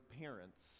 parents